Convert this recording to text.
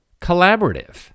collaborative